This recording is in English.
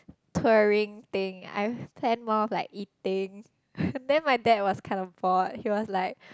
touring thing I planned more of like eating then my dad was kind of bored he was like